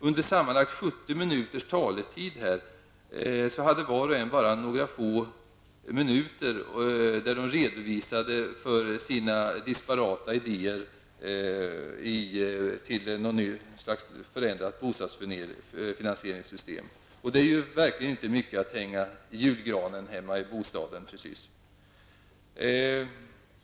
Under sammanlagt 70 minuters taletid ägnade var och en bara några få minuter åt att redovisa sina disparata idéer till förändrat bostadsfinansieringssystem. Det är verkligen inte mycket att hänga i julgranen hemma i bostaden.